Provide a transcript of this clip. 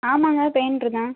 ஆமாம்ங்க பெயிண்ட்ரு தான்